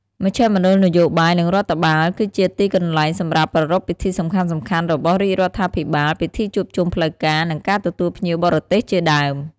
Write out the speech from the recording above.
មជ្ឈមណ្ឌលនយោបាយ និងរដ្ឋបាល គឺជាទីកន្លែងសម្រាប់ប្រារព្ធពិធីសំខាន់ៗរបស់រដ្ឋាភិបាល ពិធីជួបជុំផ្លូវការ និងការទទួលភ្ញៀវបរទេសជាដើម។